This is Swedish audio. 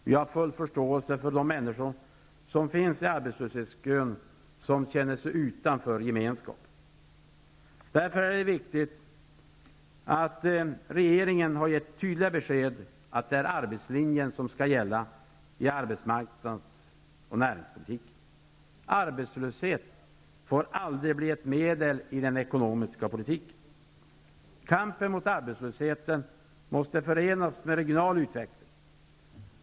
Vi har full förståelse för att de människor som befinner sig i arbetslöshetskön känner sig utanför gemenskapen. Därför är det viktigt att regeringen har gett tydliga besked om att det är arbetslinjen som skall gälla i arbetsmarknads och näringspolitiken. Arbetslöshet får aldrig bli ett medel i den ekonomiska politiken. Kampen mot arbetslösheten måste förenas med regional utveckling.